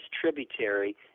tributary